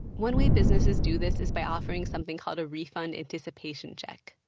one way businesses do this is by offering something called a refund anticipation check.